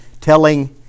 telling